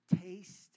taste